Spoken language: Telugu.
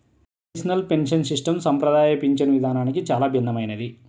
నేషనల్ పెన్షన్ సిస్టం సంప్రదాయ పింఛను విధానానికి చాలా భిన్నమైనది